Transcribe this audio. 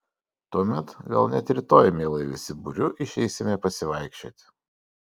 tuomet gal net rytoj mielai visi būriu išeisime pasivaikščioti